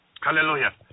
Hallelujah